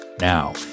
Now